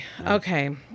Okay